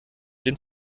den